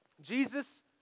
Jesus